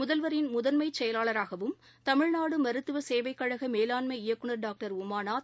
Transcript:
முதல்வரின் முதன்மைச் செயலாளராகவும் தமிழ்நாடு மருத்துவ சேவைக் கழக மேவாண்மை இயக்குநர் டாக்டர் உமாநாத்